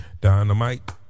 Dynamite